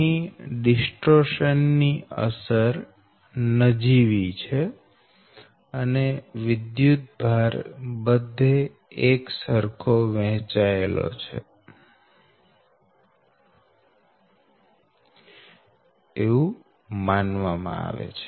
અહી ડિસ્ટોર્શન ની અસર નજીવી છે અને વિદ્યુતભાર બધે એકસરખો વહેંચવાયેલો છે એવું માનવામાં આવે છે